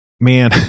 Man